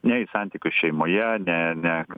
ne į santykius šeimoje ne ne